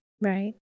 Right